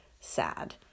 sad